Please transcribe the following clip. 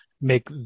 make